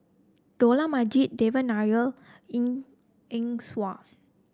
Dollah Majid Devan Nair Eng Eng Hwa